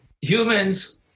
Humans